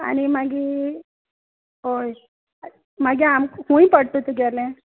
आनी मागीर हय मागीर आमकां खंय पडटा तुगेलें